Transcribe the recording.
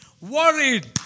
worried